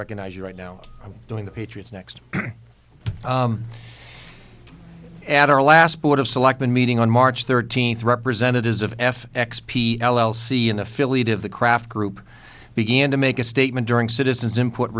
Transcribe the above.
recognize you right now i'm doing the patriots next at our last board of selectmen meeting on march thirteenth representatives of f x p l l c an affiliate of the kraft group began to make a statement during citizens input